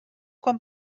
quan